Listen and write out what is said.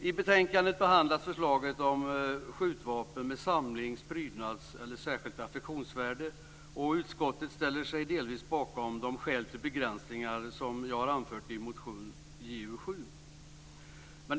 I betänkandet behandlas förslaget om skjutvapen med samlings eller prydnadsvärde eller särskilt affektionsvärde, och utskottet ställer sig delvis bakom de skäl till begränsningar som vi har anfört i motion Ju7.